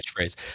catchphrase